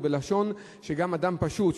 ובלשון שגם אדם פשוט,